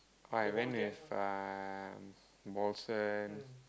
I went with uh